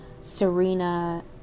Serena